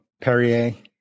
Perrier